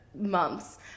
months